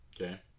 Okay